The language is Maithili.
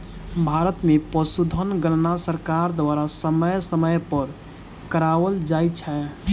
भारत मे पशुधन गणना सरकार द्वारा समय समय पर कराओल जाइत छै